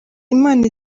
imana